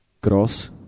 Cross